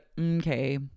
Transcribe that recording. okay